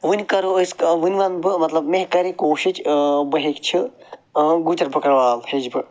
وِنۍ کرو أسۍ ونہِ ونہٕ بہٕ مطلب مےٚ کرے کوٗشش بہٕ ہیچھِ گُجر بکروال ہیچھِ بہٕ